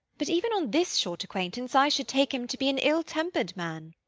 but even on this short acquaintance i should take him to be an ill-tempered man.